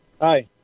Hi